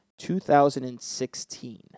2016